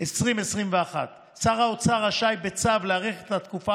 2021. שר האוצר רשאי להאריך בצו את התקופה